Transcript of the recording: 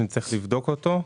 שנצטרך לבדוק אותו,